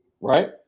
Right